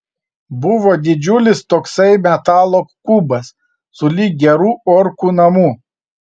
buvo didžiulis toksai metalo kubas sulig geru orkų namu